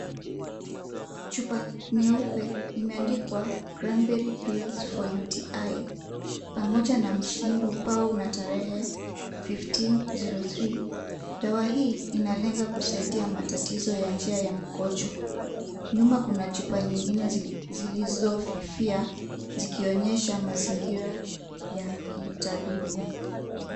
Chupa nyeupe imeandikwa Cranberry pills for UTI pamoja na msimbopao na tarehe fifteen zero three . Dawa hii inalenga kusaidia matatizo ya njia ya mkojo. Nyuma kuna chupa nyingine zilizofifia zikionyesha mazingira ya kitabibu.